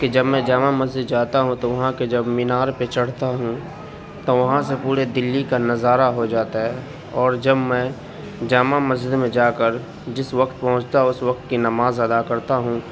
کہ جب میں جامع مسجد جاتا ہوں تو وہاں کے جب مینار پہ چڑھتا ہوں تو وہاں سے پورے دِلی کا نظارہ ہو جاتا ہے اور جب میں جامع مسجد میں جا کر جس وقت پہنچتا ہوں اُس وقت کی نماز ادا کرتا ہوں